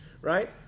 Right